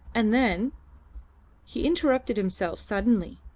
and then he interrupted himself suddenly,